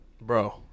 Bro